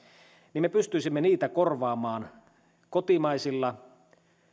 niin me pystyisimme niitä korvaamaan kotimaisilla